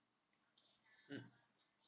mm